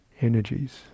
energies